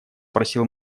просил